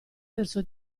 verso